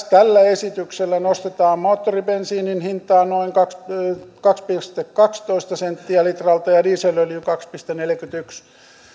tällä esityksellä nostetaan moottoribensiinin hintaa noin kaksi pilkku kaksitoista senttiä litralta ja dieselöljyn kaksi pilkku neljäkymmentäyksi